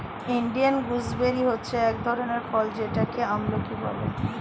Indian gooseberry হচ্ছে এক ধরনের ফল যেটাকে আমলকি বলে